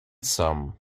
some